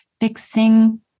fixing